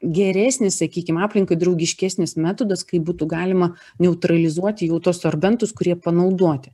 geresnis sakykim aplinkai draugiškesnis metodas kaip būtų galima neutralizuoti jau tuos sorbentus kurie panaudoti